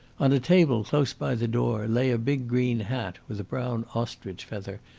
on a table, close by the door, lay a big green hat with a brown ostrich feather,